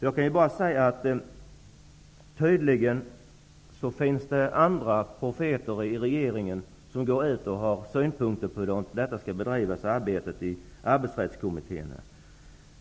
Det finns tydligen andra profeter i regeringen som går ut och har synpunkter på hur arbetet i Arbetsrättskommittén skall bedrivas.